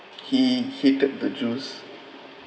he hated the jews